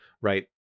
right